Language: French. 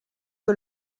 que